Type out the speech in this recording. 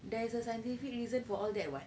there is a scientific reason for all that [what]